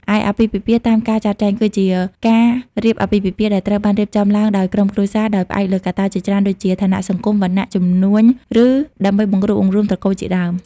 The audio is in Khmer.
ឯអាពាហ៍ពិពាហ៍តាមការចាត់ចែង គឺជាការរៀបអាពាហ៍ពិពាហ៍ដែលត្រូវបានរៀបចំឡើងដោយក្រុមគ្រួសារ ដោយផ្អែកលើកត្តាជាច្រើនដូចជា ឋានៈសង្គម វណ្ណៈ ជំនួញ ឬដើម្បីបង្រួបបង្រួមត្រកូលជាដើម។